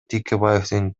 текебаевдин